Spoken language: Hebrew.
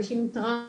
אנשים עם טראומות,